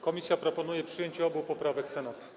Komisja proponuje przyjęcie obu poprawek Senatu.